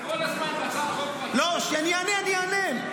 כל הזמן --- כשאני אענה, אני אענה.